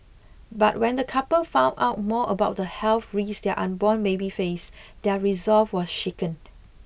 but when the couple found out more about the health risk their unborn baby faced their resolve was shaken